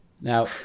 Now